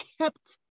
kept